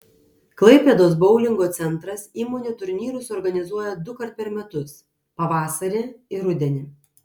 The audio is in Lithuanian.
klaipėdos boulingo centras įmonių turnyrus organizuoja dukart per metus pavasarį ir rudenį